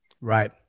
Right